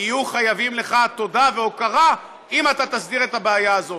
יהיו חייבים לך תודה והוקרה אם אתה תסדיר את הבעיה הזאת.